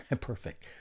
Perfect